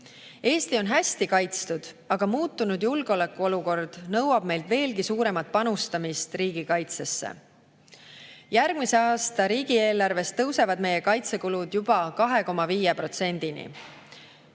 on hästi kaitstud, aga muutunud julgeolekuolukord nõuab meilt veelgi suuremat panustamist riigikaitsesse. Järgmise aasta riigieelarves tõusevad meie kaitsekulud juba 2,5%-ni